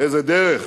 איזה דרך,